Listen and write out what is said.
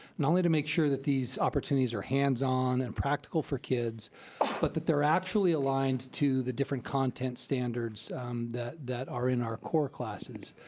not only to make sure these opportunities are hands-on and practical for kids, but that they're actually aligned to the different content standards that that are in our core classes,